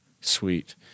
sweet